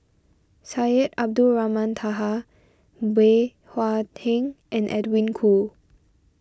Syed Abdulrahman Taha Bey Hua Heng and Edwin Koo